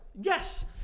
Yes